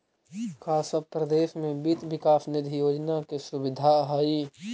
का सब परदेश में वित्त विकास निधि योजना के सुबिधा हई?